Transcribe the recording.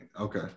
Okay